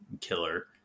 killer